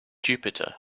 jupiter